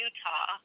Utah